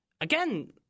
Again